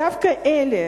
דווקא אלה